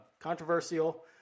controversial